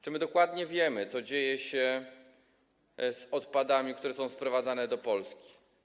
Czy my dokładnie wiemy, co dzieje się z odpadami, które są sprowadzane do Polski?